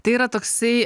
tai yra toksai